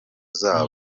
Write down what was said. zabo